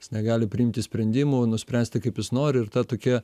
jis negali priimti sprendimų nuspręsti kaip jis nori ir ta tokia